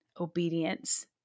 obedience